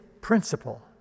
principle